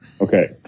Okay